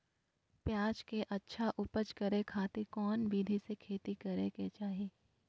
प्याज के अच्छा उपज करे खातिर कौन विधि से खेती करे के चाही?